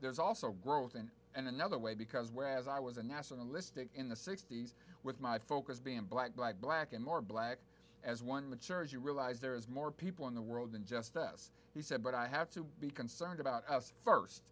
there's also growth in another way because whereas i was a nationalistic in the sixty's with my focus being black black black and more black as one matures you realize there is more people in the world than just us he said but i have to be concerned about us first